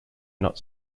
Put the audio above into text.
not